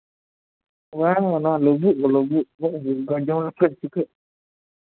ᱚᱱᱟ ᱞᱩᱵᱩᱜ ᱜᱳ ᱞᱩᱵᱩᱜ ᱚᱱᱟ ᱡᱚᱢ ᱞᱮᱠᱷᱟᱡ ᱪᱤᱠᱟᱹᱜ